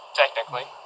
technically